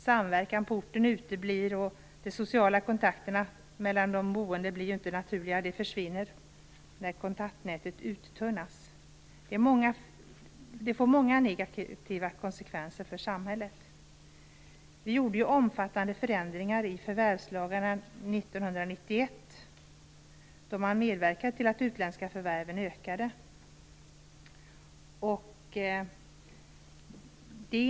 Samverkan på orten uteblir, och de naturliga sociala kontakterna mellan de boende försvinner när kontaktnätet uttunnas. Detta får många negativa konsekvenser för samhället. Vi gjorde omfattande förändringar i förvärvslagarna 1991, som har medverkat till att de utländska förvärven ökat.